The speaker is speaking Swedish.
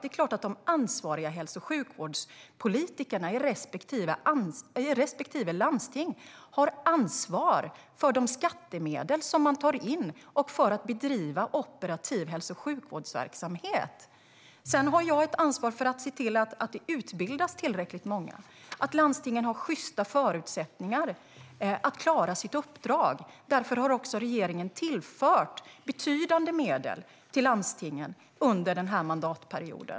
Det är klart att de ansvariga hälso och sjukvårdspolitikerna i respektive landsting har ansvar för de skattemedel man tar in och för att bedriva operativ hälso och sjukvårdsverksamhet. Sedan har jag ett ansvar för att se till att det utbildas tillräckligt många och att landstingen har sjysta förutsättningar att klara sitt uppdrag. Därför har regeringen också tillfört betydande medel till landstingen under denna mandatperiod.